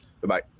goodbye